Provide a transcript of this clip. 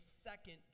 second